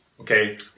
okay